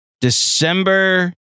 December